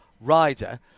rider